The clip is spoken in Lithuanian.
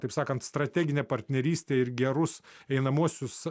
taip sakant strateginę partnerystę ir gerus einamuosius